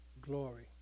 glory